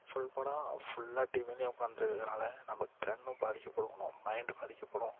full படம் ஃபுல்லாக டிவிலையும் உட்காந்துட்டு இருக்கிறதுனால நம்ம கண்ணும் பாதிக்கப்படும் நம்ம மைண்டும் பாதிக்கப்படும்